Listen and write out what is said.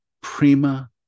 prima